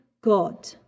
God